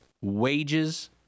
wages